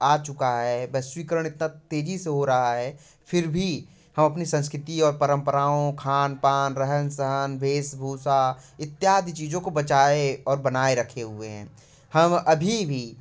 आ चुका है वैश्वीकरण इतना तेजी से हो रहा है फिर भी हम अपनी संस्कृति और परंपराओं खान पान रहन सहन भेष भूषा इत्यादि चीज़ों को बचाये और बनाए हुए है हम अभी भी